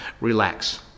relax